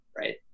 Right